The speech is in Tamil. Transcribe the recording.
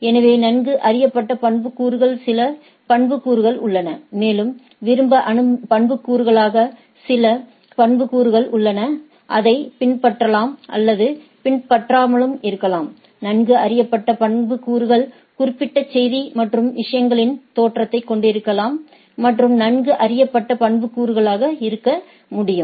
எனவே நன்கு அறியப்பட்ட பண்புக்கூறுகள் சில பண்புக்கூறுகள் உள்ளன மேலும் விருப்ப பண்புக்கூறுகளாக சில பண்புக்கூறுகள் உள்ளன அதைப் பின்பற்றலாம் அல்லது பின் பற்றாமலும் இருக்கலாம் நன்கு அறியப்பட்ட பண்புக்கூறுகள் குறிப்பிட்ட செய்தி மற்றும் விஷயங்களின் தோற்றத்தைக் கொண்டிருக்கலாம் மற்றும் நன்கு அறியப்பட்ட பண்புக்கூறுகளாக இருக்க முடியும்